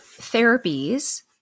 therapies